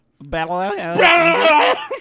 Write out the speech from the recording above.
Battle